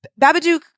Babadook